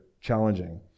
challenging